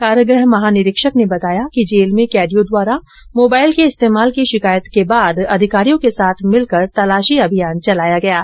कारागृह महानिरीक्षक ने बताया कि जेल में कैदियों द्वारा मोबाइल के इस्तेमाल की शिकायतों के बाद अधिकारियों के साथ मिलकर एक तलाशी अभियान चलाया गया था